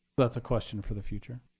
that's a question for the future.